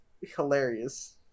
hilarious